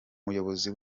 muyobozi